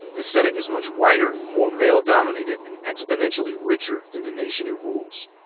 the senate is much whiter, more male dominated and exponentially richer than the nation it rules.